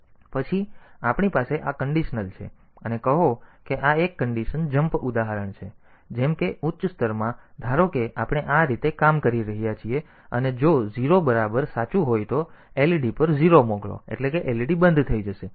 પછી આપણી પાસે આ કન્ડિશનલ છે અને કહો કે આ એક કન્ડિશન જમ્પ ઉદાહરણ છે જેમ કે ઉચ્ચ સ્તરમાં ધારો કે આપણે આ રીતે કામ કરી રહ્યા છીએ અને જો 0 બરાબર સાચું હોય તો LED પર 0 મોકલો એટલે કે LED બંધ થઈ જશે